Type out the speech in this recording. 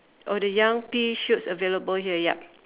oh the young pea shoots available here yup